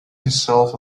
himself